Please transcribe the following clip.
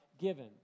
given